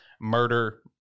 murder